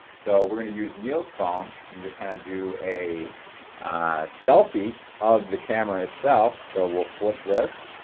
so, we're going to use neil's phone and just kind of do a selfie of the camera itself. so, we'll flip this.